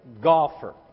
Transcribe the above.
golfer